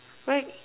right